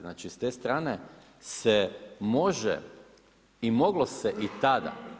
Znači, s te strane se može i moglo se i tada.